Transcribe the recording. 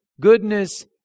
goodness